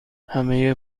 همه